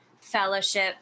fellowship